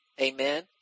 Amen